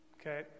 Okay